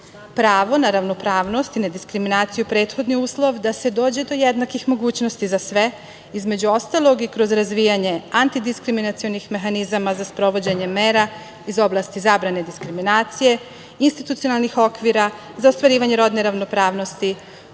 na ravnopravnost i nediskriminaciju je prethodni uslov da se dođe do jednakih mogućnosti za sve, između ostalog i kroz razvijanje antidiskriminacionih mehanizama za sprovođenje mera iz oblasti zabrane diskriminacije, institucionalnih okvira za ostvarivanje rodne ravnopravnosti,